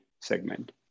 segment